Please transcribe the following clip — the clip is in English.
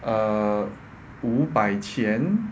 err 五百钱